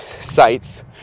sites